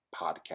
podcast